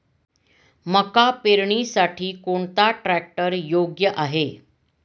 मका पेरणीसाठी कोणता ट्रॅक्टर योग्य आहे?